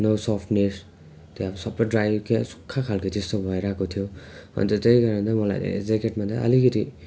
न सफ्टनेस त्यहाँ अब सबै ड्राई क्या सुक्खा खालको त्यस्तो भइरहेको थियो अन्त त्यही कारण चाहिँ मलाई ज्याकेटमा चाहिँ अलिकति